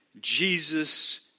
Jesus